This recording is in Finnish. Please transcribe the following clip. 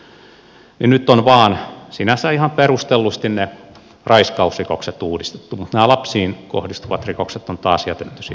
nyt on vain sinänsä ihan perustellusti ne raiskausrikokset uudistettu mutta nämä lapsiin kohdistuvat rikokset on taas jätetty sinne tekemättä mitään